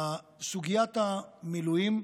סוגיית המילואים,